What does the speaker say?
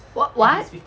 what what